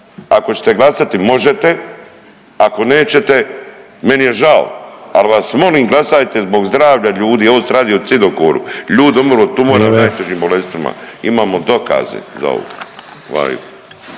ako ćete glasati možete, ako nećete meni je žao. Al vas molim da glasate zbog zdravlja ljudi, ovdje se radi o cidokoru, ljudi umiru od tumora …/Upadica Sanader: Vrijeme./… najtežim bolestima, imamo dokaze za ovo. Hvala